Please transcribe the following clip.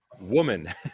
woman